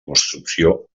construcció